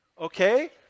Okay